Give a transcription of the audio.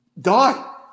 die